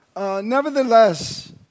Nevertheless